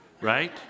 Right